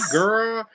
girl